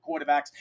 quarterbacks